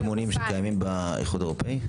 אלה סימונים שקיימים באיחוד האירופאי.